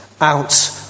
out